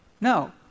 No